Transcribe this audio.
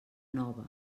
nova